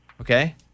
Okay